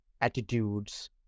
attitudes